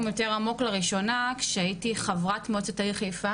יותר עמוק לראשונה כשהייתי חברת מועצת העיר חיפה